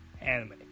anime